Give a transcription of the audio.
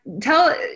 tell